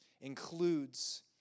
includes